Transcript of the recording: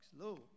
slow